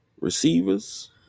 receivers